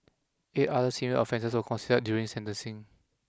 eight other similar offences were considered during sentencing